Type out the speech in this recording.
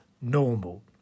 normal